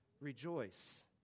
Rejoice